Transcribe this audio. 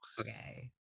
Okay